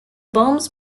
bombs